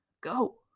go